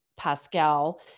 Pascal